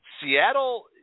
Seattle